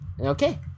Okay